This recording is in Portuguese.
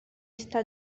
está